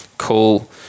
Cool